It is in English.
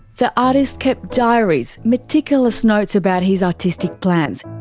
the artist kept diaries, meticulous notes about his artistic plans,